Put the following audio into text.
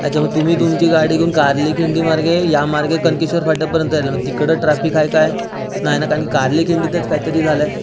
अच्छा मग तुम्ही तुमची गाडी घेऊन कारली खिंडीमार्गे या मार्गे कनकेश्वर फाट्यापर्यंत याल तिकडं ट्रॅफिक आहे काय नाही ना कारण की कारली खिंडीतच काय तरी झालं आहे